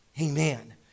Amen